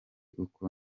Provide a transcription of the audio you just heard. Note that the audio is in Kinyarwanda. uko